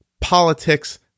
politics